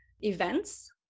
events